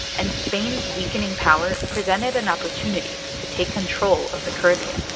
and spain's weakening power presented an opportunity to take control of the caribbean